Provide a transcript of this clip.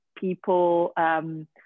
people